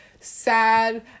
sad